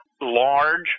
large